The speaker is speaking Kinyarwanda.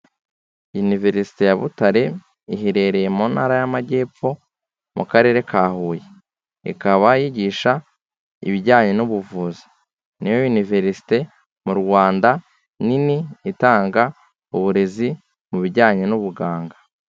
Iniverisite ya Butare iherereye mu ntara y'amajyepfo mu karere ka Huye, ikaba yigisha ibijyanye n'ubuvuzi, niyo iniverisite mu Rwanda nini itanga uburezi mu bijyanye n'ubuganga.